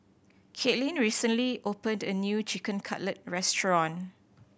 Katelyn recently opened a new Chicken Cutlet Restaurant